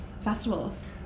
festivals